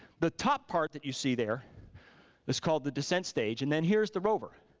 the top part that you see there is called the decent stage, and then here's the rover.